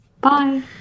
Bye